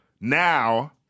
Now